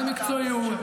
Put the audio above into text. במקצועיות,